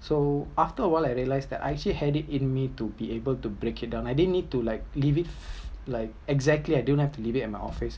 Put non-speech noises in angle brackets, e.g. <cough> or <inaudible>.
so after awhile I realised that I actually had it in me to be able to break it down I didn’t need to like leave it <noise> like exactly I don’t have to leave it at my office